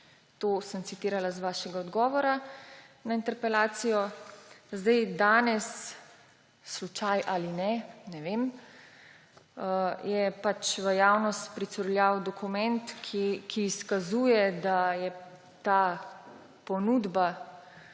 To sem citirala iz vašega odgovora na interpelacijo. Danes, slučaj ali ne, ne vem, je v javnost pricurljal dokument, ki izkazuje, da je ta ponudba